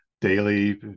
Daily